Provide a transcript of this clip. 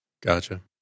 Gotcha